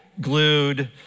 glued